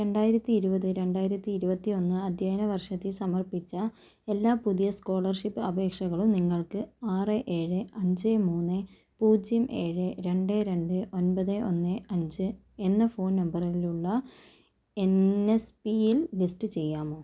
രണ്ടായിരത്തിയിരുപത് രണ്ടായിരത്തിയിരുപതിയൊന്ന് അധ്യയന വർഷത്തിൽ സമർപ്പിച്ച എല്ലാ പുതിയ സ്കോളർഷിപ്പ് അപേക്ഷകളും നിങ്ങൾക്ക് ആറ് ഏഴ് അഞ്ച് മൂന്ന് പൂജ്യം ഏഴ് രണ്ട് രണ്ട് ഒൻമ്പത് ഒന്ന് അഞ്ച് എന്ന ഫോൺ നമ്പറിലുള്ള എൻ എസ് പിയിൽ ലിസ്റ്റ് ചെയ്യാമോ